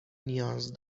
نیاز